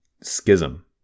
schism